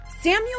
Samuel